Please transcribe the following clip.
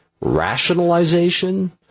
rationalization